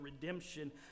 redemption